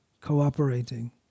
cooperating